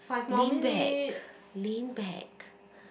lean back lean back